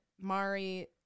Mari